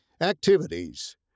Activities